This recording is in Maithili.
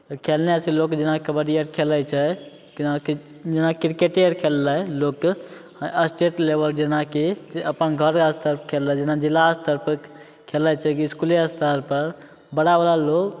खेले से लोग जेना कबड्डी आर खेलै छै केना कि जेना क्रिकेटे आर खेललै लोक स्टेट लेबल जेनाकि जे अपन घर स्तर पर जेना जिला स्तर पर खेलै छै कि इसकुले स्तर पर बड़ा बड़ा लोग